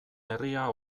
herria